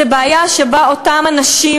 זו בעיה שאותם אנשים,